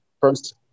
First